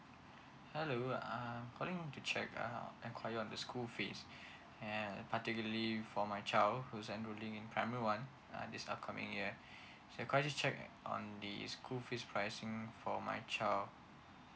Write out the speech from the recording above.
hello uh I'm calling to check um enquire on the school fees and particularly for my child who is enrolling in primary one uh this upcoming year so could I just check on the school fees pricing for my child